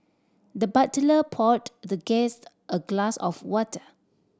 the butler poured the guest a glass of water